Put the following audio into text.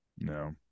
No